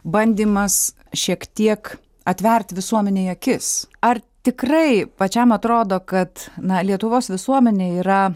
bandymas šiek tiek atverti visuomenei akis ar tikrai pačiam atrodo kad na lietuvos visuomenė yra